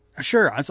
sure